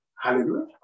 Hallelujah